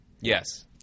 Yes